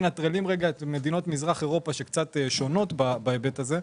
ואנחנו מנטרלים רגע את מדינות מזרח אירופה שקצת שונות בהיבט הזה,